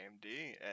AMD